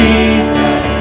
Jesus